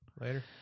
Later